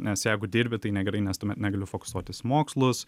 nes jeigu dirbi tai negerai nes tuomet negali fokusuotis mokslus